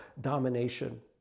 domination